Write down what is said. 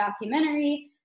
documentary